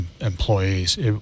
employees